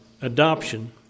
adoption